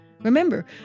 Remember